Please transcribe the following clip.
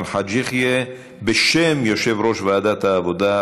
חאג' יחיא בשם יושב-ראש ועדת העבודה,